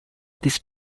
this